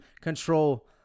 control